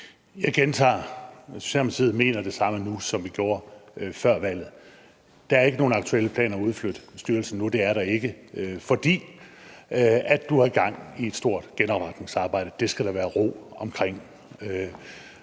Jeg gentager: Socialdemokratiet mener det samme nu, som vi gjorde før valget. Der er ikke nogen aktuelle planer om at udflytte styrelsen nu. Det er der ikke, fordi der er sat gang i et stort genopretningsarbejde, og det skal der være to omkring.